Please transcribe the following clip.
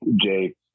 Jake